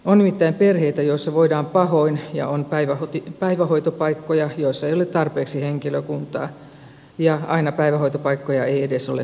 on nimittäin perheitä joissa voidaan pahoin ja on päivähoitopaikkoja joissa ei ole tarpeeksi henkilökuntaa ja aina päivähoitopaikkoja ei edes ole tarjolla